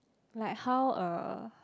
like how uh